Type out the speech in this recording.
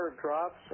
drops